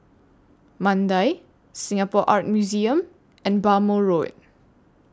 Mandai Singapore Art Museum and Bhamo Road